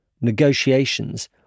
negotiations